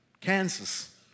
Kansas